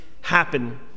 happen